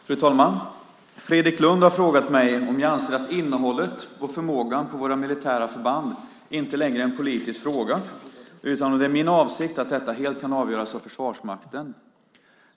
Fru talman! Fredrik Lundh har frågat mig om jag anser att innehållet och förmågan på våra militära förband inte längre är en politisk fråga utan det är min avsikt att detta helt kan avgöras av Försvarsmakten.